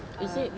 is it